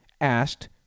asked